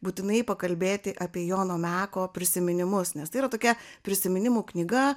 būtinai pakalbėti apie jono meko prisiminimus nes tai yra tokia prisiminimų knyga